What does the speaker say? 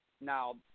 Now